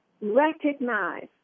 recognize